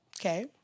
okay